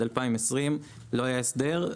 עד 2020 לא היה הסדר.